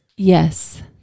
Yes